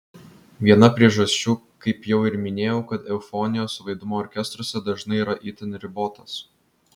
viena priežasčių kaip jau ir minėjau kad eufonijos vaidmuo orkestruose dažnai yra itin ribotas